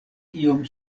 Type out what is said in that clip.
iom